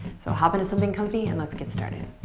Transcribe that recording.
so hop into something comfy and let's get started.